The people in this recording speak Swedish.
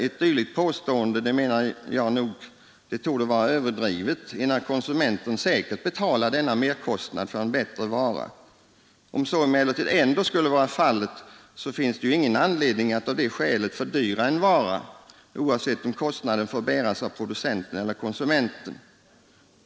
Ett dylikt påstående torde vara överdrivet, enär konsumenten säkert betalar denna merkostand för en bättre vara. Om så emellertid ändå skulle vara fallet, finns ingen anledning att av det skälet fördyra en vara, oavsett om kostnaden får bäras av producenten eller konsumenten.